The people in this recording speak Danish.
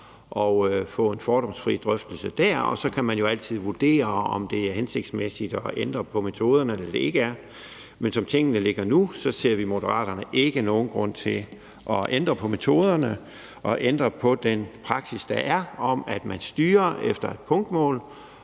og få en fordomsfri drøftelse af det, og at man jo så altid kan vurdere, om det er hensigtsmæssigt at ændre på metoden eller det ikke er det. Men som tingene ligger nu, ser vi i Moderaterne ikke nogen grund til at ændre på metoderne og ændre på den praksis, der er, om, at man styrer efter et punktmål,